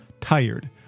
tired